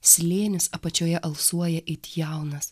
slėnis apačioje alsuoja it jaunas